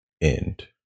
end